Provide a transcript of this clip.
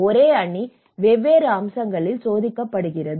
ஒரே அணி வெவ்வேறு அம்சங்களில் சோதிக்கப்பட்டுள்ளது